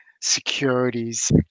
securities